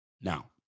Now